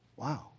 wow